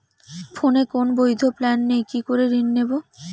ফোনে কোন বৈধ প্ল্যান নেই কি করে ঋণ নেব?